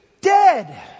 dead